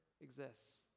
exists